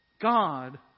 God